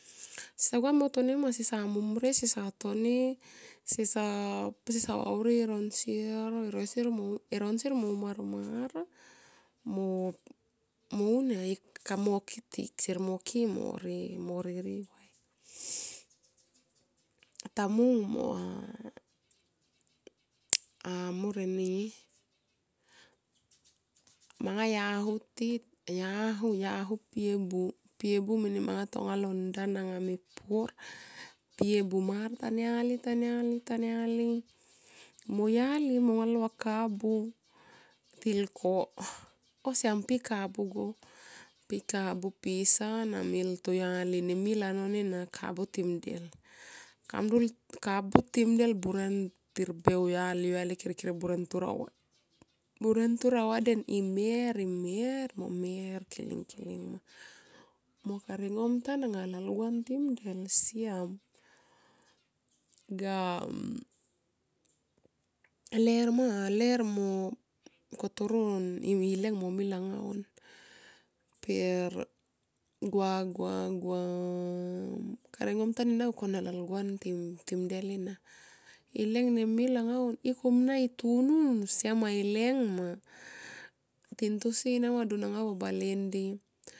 Seta gua mo tania sesa momrie. Sesa toni sesa vauri e ronsier eronsier mo u marmar mounia kamo kitik sier mo ki mo ririe vae. Tamung mo amor eni manga yahuti. A yahu, a yahu pi e bu, pie bu mene manga toro ndan ana pur pi e bu mar taniali, taniali, taniali moyali mo ngalua kabu, tilko ko siam pi kabu go, pi kabu pisa nemil toyali, ne mil anon ena kabu tim mdel buren ti rbe auyali kere, kere burentur auvaden, mer, mer mo mer kiling mo karingomtan anga lalguan tim mdel siam. Ga ler, ler ma ler mo koroileng mo mil anga on per gua, gua, gua karingomtan ana go kona lalguan tim mdel ena ileng nem mil anga on. I kona itunun siam ma ilenga ma tin tosi nama dun angava bale ndi.